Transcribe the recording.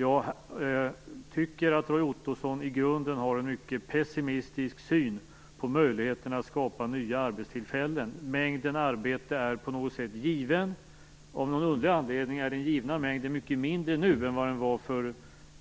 Jag tycker att Roy Ottosson i grunden har en mycket pessimistisk syn på möjligheterna att skapa nya arbetstillfällen. Mängden arbete är på något sätt given. Av någon underlig anledning är den givna mängden mycket mindre nu än vad den var för